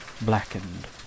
blackened